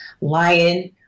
lion